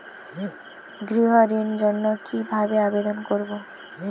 গৃহ ঋণ জন্য কি ভাবে আবেদন করব?